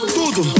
tudo